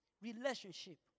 Relationship